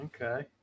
Okay